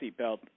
seatbelt